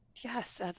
Yes